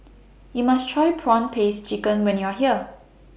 YOU must Try Prawn Paste Chicken when YOU Are here